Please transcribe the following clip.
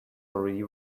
already